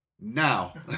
Now